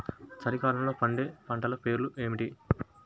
చలికాలంలో పండే పంటల పేర్లు ఏమిటీ?